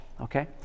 Okay